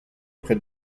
près